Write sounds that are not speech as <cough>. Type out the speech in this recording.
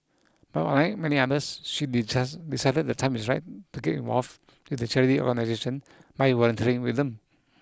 but unlike many others she <unintelligible> decided the time is ripe to get involved with the charity organisation by volunteering with them